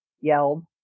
yelled